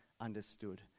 understood